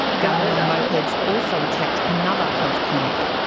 gunmen on mopeds also attacked another health clinic.